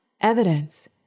evidence